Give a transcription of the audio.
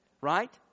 Right